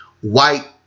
white